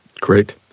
Great